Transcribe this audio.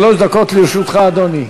שלוש דקות לרשותך, אדוני.